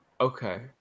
Okay